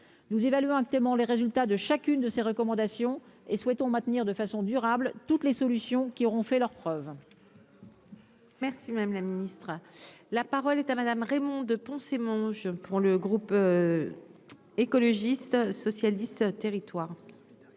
nous évaluons actuellement les résultats de chacune de ses recommandations et souhaitons maintenir de façon durable, toutes les solutions qui auront fait leurs preuves. Parce que. Merci madame la ministre, la parole est à Madame Raymonde Poncet mon jeu pour le groupe écologiste territoire